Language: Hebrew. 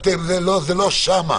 זה לא שם,